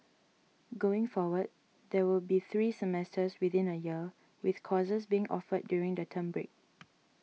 going forward there will be three semesters within a year with courses being offered during the term break